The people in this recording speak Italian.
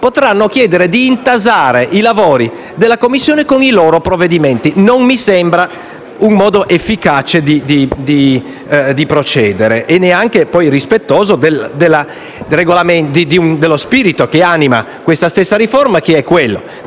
o sei membri, di intasare i lavori della Commissione con i loro provvedimenti. Non mi sembra un modo efficace di procedere e neanche rispettoso dello spirito che anima questa stessa riforma, che è dare